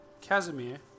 Casimir